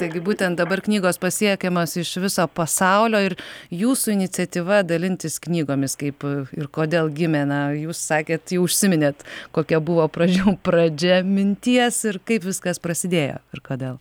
taigi būtent dabar knygos pasiekiamos iš viso pasaulio ir jūsų iniciatyva dalintis knygomis kaip ir kodėl gimė na jūs sakėt jau užsiminėt kokia buvo pradžių pradžia minties ir kaip viskas prasidėjo ir kodėl